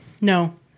No